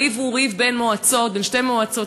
הריב הוא ריב בין מועצות, בין שתי מועצות.